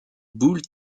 bull